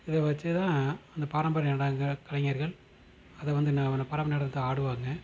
இதைவச்சி தான் அந்த பாரம்பரிய நாடக கலைஞர்கள் அதை வந்து ந அந்த பாரம்பரிய நடனத்தை ஆடுவாங்கள்